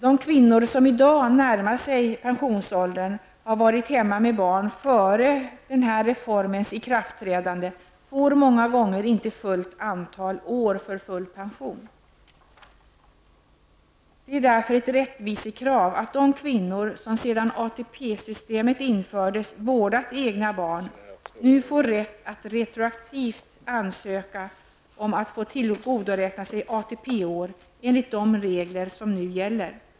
De kvinnor som i dag närmar sig pensionsåldern och som har varit hemma med barn före denna reforms ikraftträdande får många gånger inte fullt antal år för full pension. Det är därför ett rättvisekrav att de kvinnor som sedan AtP-år enligt de regler som nu gäller.